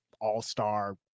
all-star